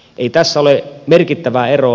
ei tässä ole merkittävää eroa